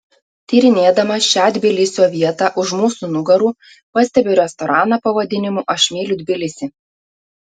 tyrinėdama šią tbilisio vietą už mūsų nugarų pastebiu restoraną pavadinimu aš myliu tbilisį